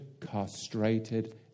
castrated